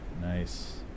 Nice